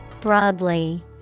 Broadly